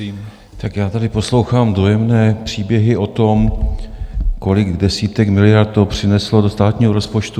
Tak já tady poslouchám dojemné příběhy o tom, kolik desítek miliard to přineslo do státního rozpočtu.